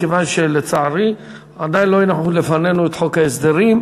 מכיוון שלצערי עדיין לא הניחו לפנינו את חוק ההסדרים.